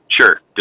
Sure